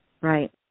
Right